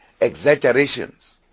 exaggerations